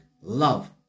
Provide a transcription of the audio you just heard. love